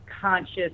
conscious